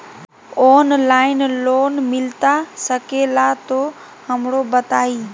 Online loan मिलता सके ला तो हमरो बताई?